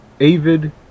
avid